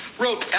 wrote